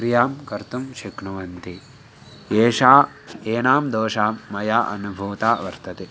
क्रियां कर्तुं शक्नुवन्ति येषा एनां दोषां मया अनुभूता वर्तते